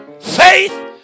Faith